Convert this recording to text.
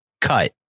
cut